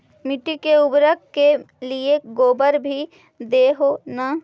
मिट्टी के उर्बरक के लिये गोबर भी दे हो न?